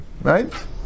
right